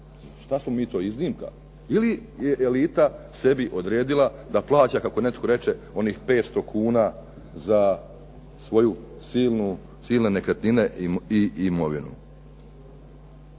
šta smo mi to iznimka ili je elita sebi odredila da plaća kako netko reče onih 500 kuna za svoju silne nekretnine i imovinu.